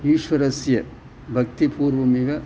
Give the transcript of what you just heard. ईश्वरस्य भक्तिपूर्वमिव